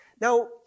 Now